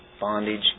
bondage